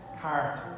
Cart